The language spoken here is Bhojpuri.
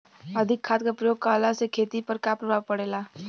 अधिक खाद क प्रयोग कहला से खेती पर का प्रभाव पड़ेला?